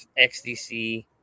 XDC